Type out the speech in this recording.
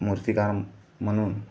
मूर्तिकाम म्हणून